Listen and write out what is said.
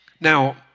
Now